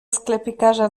sklepikarza